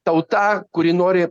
tauta kuri nori